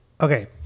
Okay